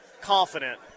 confident